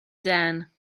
then